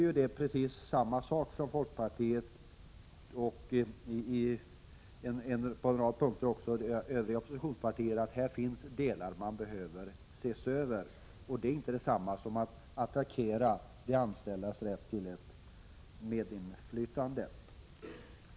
Vi säger exakt samma sak från folkpartiet, och även övriga oppositionspartier framhåller att det på en rad punkter finns delar som behöver ses över. Det är inte detsamma som att attackera de anställdas rätt till medinflytande.